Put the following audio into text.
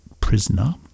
prisoner